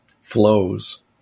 flows